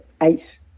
eight